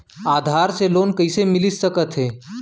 आधार से लोन कइसे मिलिस सकथे?